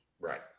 Right